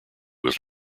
was